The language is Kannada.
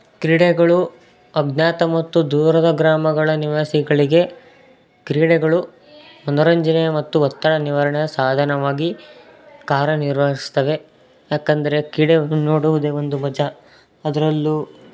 ಕ್ರೀಡೆಗಳು ಅಜ್ಞಾತ ಮತ್ತು ದೂರದ ಗ್ರಾಮಗಳ ನಿವಾಸಿಗಳಿಗೆ ಕ್ರೀಡೆಗಳು ಮನೋರಂಜನೆ ಮತ್ತು ಒತ್ತಡ ನಿವಾರಣ ಸಾಧನವಾಗಿ ಕಾರ್ಯನಿರ್ವಹಿಸ್ತವೆ ಯಾಕಂದರೆ ಕ್ರೀಡೆ ನೋಡುವುದೇ ಒಂದು ಮಜ ಅದರಲ್ಲೂ